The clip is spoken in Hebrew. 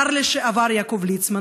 השר לשעבר יעקב ליצמן,